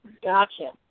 Gotcha